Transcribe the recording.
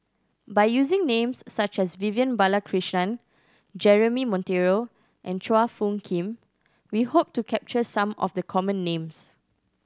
by using names such as Vivian Balakrishnan Jeremy Monteiro and Chua Phung Kim we hope to capture some of the common names